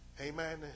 Amen